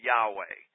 Yahweh